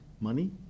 money